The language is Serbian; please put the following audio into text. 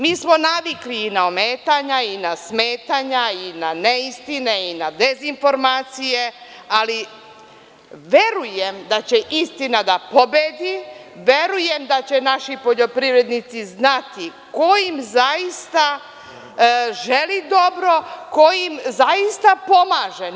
Mi smo navikli i na ometanja, i na smetanja, i na neistine, i na dezinformacije, ali verujem da će istina da pobedi, verujem da će naši poljoprivrednici znati ko im zaista želi dobro, ko im zaista pomaže na…